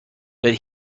but